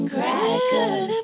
Crackers